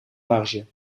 marge